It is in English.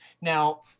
Now